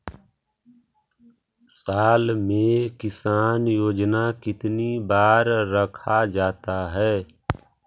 साल में किसान योजना कितनी बार रखा जाता है?